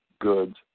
goods